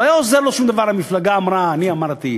לא היה עוזר לו שום דבר: המפלגה אמרה, אני אמרתי.